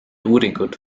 uuringut